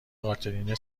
قاتلین